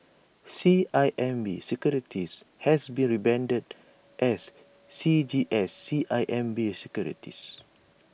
C I M B securities has been rebranded as C G S C I M B securities